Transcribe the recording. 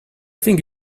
think